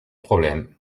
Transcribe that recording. problème